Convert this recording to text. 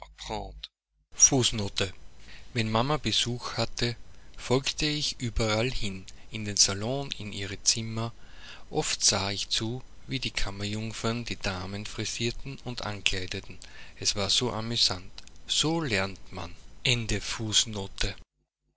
wenn mama besuch hatte folgte ich überall hin in den salon in ihre zimmer oft sah ich zu wie die kammerjungfern die damen frisierten und ankleideten es war so amusant so lernt man